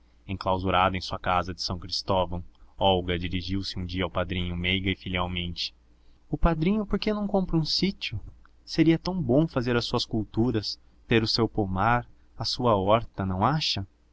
enclausurado em sua casa de são cristóvão olga dirigiu-se um dia ao padrinho meiga e filialmente o padrinho por que não compra um sítio seria tão bom fazer as suas culturas ter o seu pomar a sua horta não acha